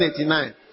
1989